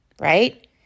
right